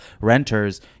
renters